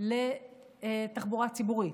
לתחבורה ציבורית,